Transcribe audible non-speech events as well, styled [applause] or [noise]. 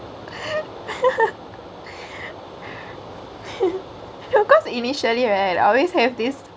[laughs] cause initially right I always have this